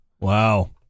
wow